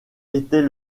était